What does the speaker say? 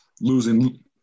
losing